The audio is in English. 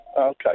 Okay